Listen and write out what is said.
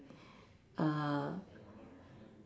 err